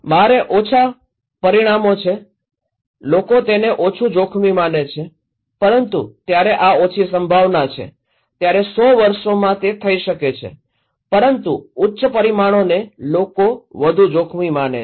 મારે ઓછા પરિણામો છે લોકો તેને ઓછું જોખમ માને છે પરંતુ ત્યારે આ ઓછી સંભાવના છે ત્યારે ૧૦૦ વર્ષોમાં તે થઈ શકે છે પરંતુ ઉચ્ચ પરિણામોને લોકો વધુ જોખમી માને છે